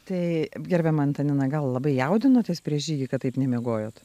tai gerbiama antanina gal labai jaudinotės prieš žygį kad taip nemiegojot